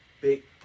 big